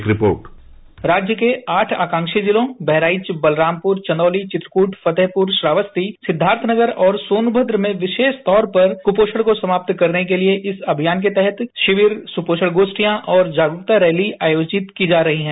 एक रिपोर्ट राज्य के आत आकांकीजिलों बहराइच बलरामपुर चंदौली चित्रकूट फतेहपुर श्रावस्ती सिद्वार्थनगर औरसोनमद्र में विशेष तौर पर कुपोषण को समाप्त करने के लिए इन अभियान के तहत शिविएसुपोषण गोखियां और जागरूकता रैती आयोजित की जा रही हैं